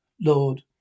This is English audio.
Lord